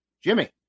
Jimmy